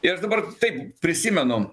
ir dabar taip prisimenu